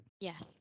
Yes